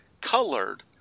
colored